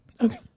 Okay